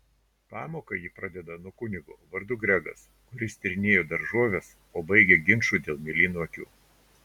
pamoką ji pradeda nuo kunigo vardu gregas kuris tyrinėjo daržoves o baigia ginču dėl mėlynų akių